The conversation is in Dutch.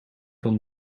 van